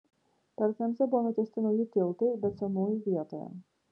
per temzę buvo nutiesti nauji tiltai bet senųjų vietoje